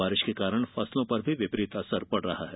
बारिश के कारण फसलों पर भी विपरीत असर पड़ रहा है